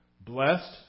blessed